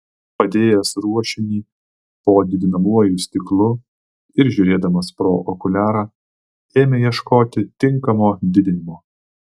padėjęs ruošinį po didinamuoju stiklu ir žiūrėdamas pro okuliarą ėmė ieškoti tinkamo didinimo